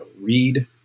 read